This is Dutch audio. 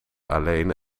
alleen